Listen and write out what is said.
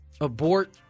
abort